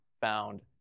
found